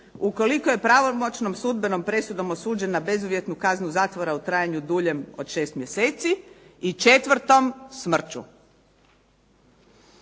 Ukoliko je pravomoćnom sudbenom presudom osuđen na bezuvjetnu kaznu zatvora u trajanju duljem od šest mjeseci. I četvrtom smrću.